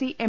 C M